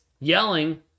yelling